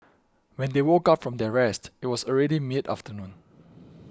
when they woke up from their rest it was already mid afternoon